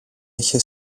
είχε